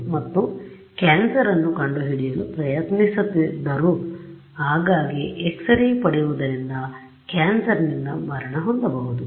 ಮತ್ತು ಕ್ಯಾನ್ಸರ್ ಅನ್ನು ಕಂಡುಹಿಡಿಯಲು ಪ್ರಯತ್ನಿಸುತ್ತಿದ್ದರೂ ಆಗಾಗ್ಗೆ X rays ಪಡೆಯುವುದರಿಂದ ಕ್ಯಾನ್ಸರ್ ನಿಂದ ಮರಣ ಹೊಂದಬಹುದು